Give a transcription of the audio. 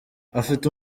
afite